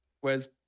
Whereas